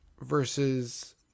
versus